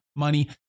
money